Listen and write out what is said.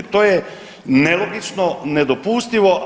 To je nelogično, nedopustivo.